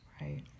Right